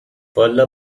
والا